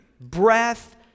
breath